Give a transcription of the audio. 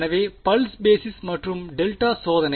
எனவே pulse basis மற்றும் delta சோதனை